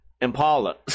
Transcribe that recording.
impala